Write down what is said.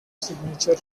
signature